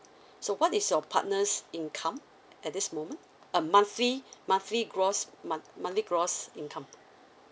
so what is your partner's income at this moment uh monthly monthly gross month monthly gross income